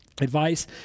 advice